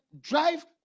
drive